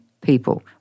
people